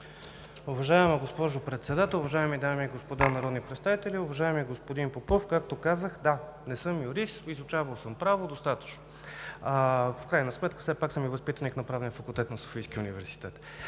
Уважаема госпожо Председател, уважаеми дами и господа народни представители! Уважаеми господин Попов, както казах, да, не съм юрист. Изучавал съм право достатъчно. В крайна сметка все пак съм и възпитаник на Правния факултет на Софийския университет.